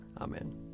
Amen